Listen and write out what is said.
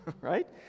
right